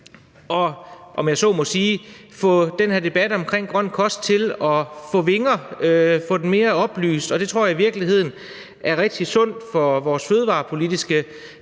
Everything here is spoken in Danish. være med til at få den her debat om grøn kost til at få vinger, få den mere oplyst, og jeg tror i virkeligheden, det er rigtig sundt for vores fødevarepolitiske